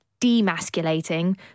demasculating